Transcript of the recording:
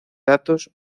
datos